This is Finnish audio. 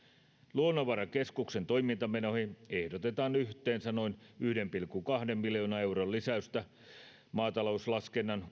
luonnonvarakeskuksen toimintamenoihin ehdotetaan yhteensä noin yhden pilkku kahden miljoonan euron lisäystä maatalouslaskennan